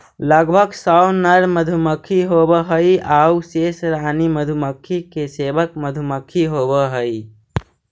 लगभग सौ नर मधुमक्खी होवऽ हइ आउ शेष रानी मधुमक्खी के सेवक मधुमक्खी होवऽ हइ